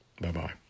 Bye-bye